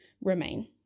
remain